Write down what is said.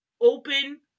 open